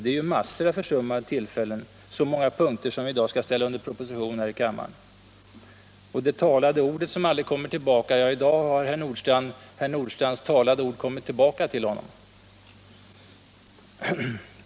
Det är ju massor av försummade tillfällen, så många punkter som vi i dag skall ställa under proposition här i kammaren. Och det talade ordet som aldrig kommer tillbaka — i dag har herr Nordstrandhs talade ord kommit tillbaka till honom.